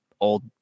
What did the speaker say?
old